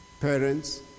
parents